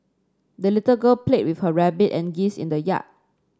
the little girl played with her rabbit and geese in the yard